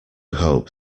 hope